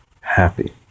happy